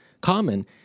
common